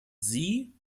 sie